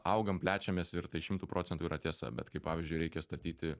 augam plečiamės ir tai šimtu procentų yra tiesa bet kai pavyzdžiui reikia statyti